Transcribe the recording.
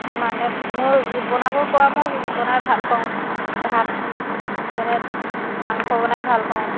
মানে মোৰ বনাব পৰা মই বনাই ভাল পাওঁ ভাত যেনে মাংস বনাই ভাল পাওঁ